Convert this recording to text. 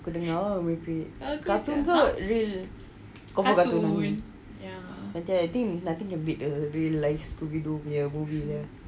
kau dengar merepek cartoon ke real kau cakap cartoon I think nothing can beat the real life scooby doo punya movie lah